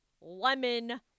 lemon